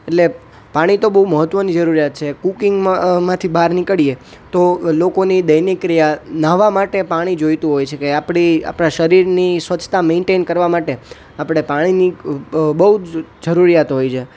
એટલે પાણી તો બહુ મહત્ત્વની જરૂરિયાત છે કૂકિંગમાં બહાર નીકળીએ તો લોકોની દૈનિક ક્રિયા ન્હાવા માટે પાણી જોઈતું હોય છે કે આપણી આપણા શરીરની સ્વચ્છતા મેન્ટેન કરવા માટે આપણે પાણીની બહુ જ જરૂરિયાત હોય છે